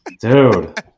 Dude